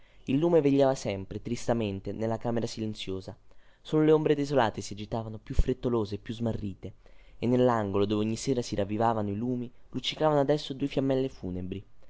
il lume vegliava sempre tristamente nella camera silenziosa solo le ombre desolate si agitavano più frettolose e più smarrite e nellangolo dove ogni sera si ravvivavano i lumi luccicavano adesso due fiammelle funebri